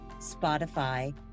spotify